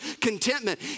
contentment